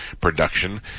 production